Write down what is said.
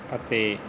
ਅਤੇ